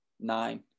nine